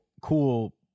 cool